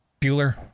Bueller